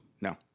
No